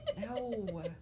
No